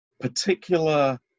particular